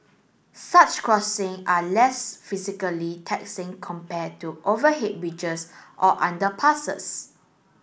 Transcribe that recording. such crossing are less physically taxing compare to overhead bridges or underpasses